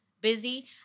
busy